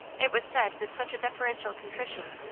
it was said with such a deferential contrition,